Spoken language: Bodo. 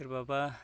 सोरबाबा